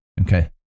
Okay